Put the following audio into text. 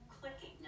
clicking